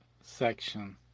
section